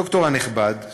הדוקטור הנכבד,